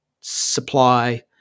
supply